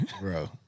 Bro